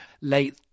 late